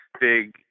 big